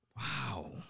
Wow